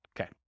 Okay